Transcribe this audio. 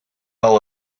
all